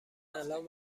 الان